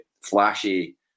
flashy